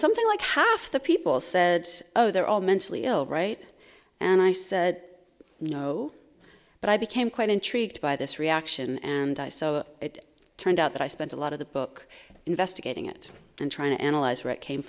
something like half the people said oh they're all mentally ill right and i said no but i became quite intrigued by this reaction and i so it turned out that i spent a lot of the book investigating it and trying to analyze where it came